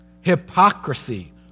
Hypocrisy